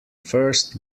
first